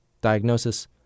Diagnosis